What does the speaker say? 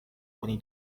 oni